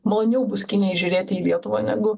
maloniau bus kinijai žiūrėti į lietuvą negu